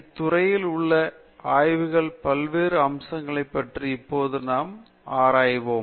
இத்துறையில் உள்ள ஆய்வுகளில் பல்வேறு அம்சங்களை பற்றி இப்போது நாம் ஆராய்வோம்